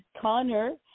Connor